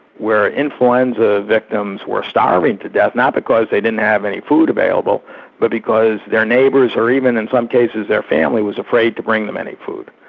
where influenza victims were starving to death, not because they didn't have any food available but because their neighbours or even in some cases their family was afraid to bring them any food.